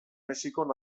mexikon